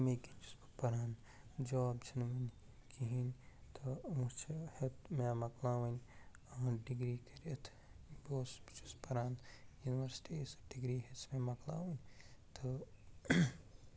تٔمی کِنۍ چھُس بہٕ پران جاب چھِنہٕ ؤنۍ کِہیٖنۍ تہٕ وٕ چھِ ہیٚوت مےٚ مَکلاوٕنۍ ڈگری کٔرِتھ بہٕ اوسُس بہٕ چھُس پران یوٗنِوَرسٹی سۄ ڈگری ہیٚژ مےٚ مَکلاوٕنۍ تہٕ